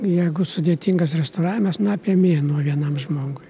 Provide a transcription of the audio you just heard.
jeigu sudėtingas restauravimas na apie mėnuo vienam žmogui